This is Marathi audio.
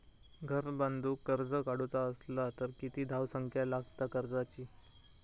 घर बांधूक कर्ज काढूचा असला तर किती धावसंख्या लागता कर्जाची?